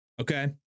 okay